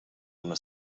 una